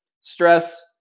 Stress